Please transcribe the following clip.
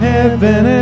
Heaven